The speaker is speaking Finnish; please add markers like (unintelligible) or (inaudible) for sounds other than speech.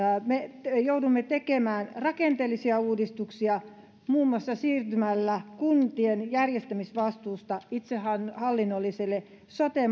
me joudumme tekemään rakenteellisia uudistuksia muun muassa siirtymällä kuntien järjestämisvastuusta itsehallinnollisiin sote (unintelligible)